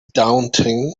daunting